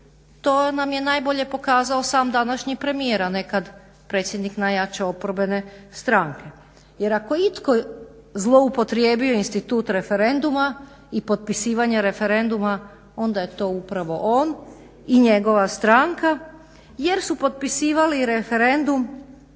to nam je najbolje pokazao sam današnji premijer, a nekad predsjednik najjače oporbene stranke. Jer ako je itko zloupotrijebio institut referenduma i potpisivanja referenduma onda je to upravo on i njegova stranka jer su potpisivali referendum